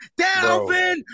Dalvin